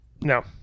No